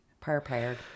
Prepared